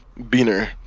Beaner